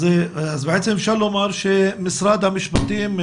אז בעצם אפשר לומר שמשרד המשפטים,